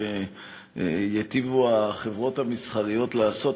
שאני חושב שייטיבו החברות המסחריות לעשות,